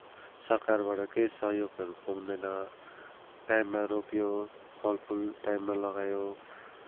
सरकारबाट केही सहयोगहरू पाउँदैन टाइममा रोप्यो फल फुल टाइममा लगायो